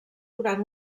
durant